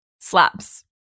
Slaps